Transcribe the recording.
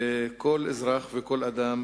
וכל אזרח וכל אדם